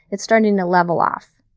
it's starting to level off,